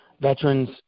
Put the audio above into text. veterans